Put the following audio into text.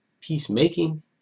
peacemaking